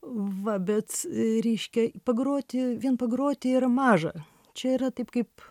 va bet reiškia pagroti vien pagroti yra maža čia yra taip kaip